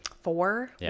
four